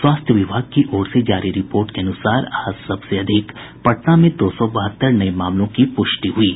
स्वास्थ्य विभाग की ओर से जारी रिपोर्ट के अनुसार आज सबसे अधिक पटना में दो सौ बहत्तर नये मामलों की प्रष्टि हुई है